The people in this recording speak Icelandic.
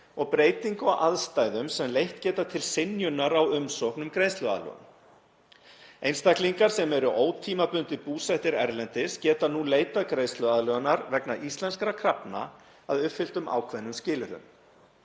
og breytingu á aðstæðum sem leitt geta til synjunar á umsókn um greiðsluaðlögun. Einstaklingar sem eru ótímabundið búsettir erlendis geta nú leitað greiðsluaðlögunar vegna íslenskra krafna að uppfylltum ákveðnum skilyrðum.